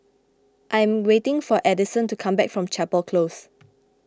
I am waiting for Adyson to come back from Chapel Close